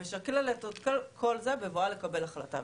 היא משקללת את כל זה ואמורה לקבל החלטה.